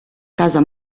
casa